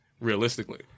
realistically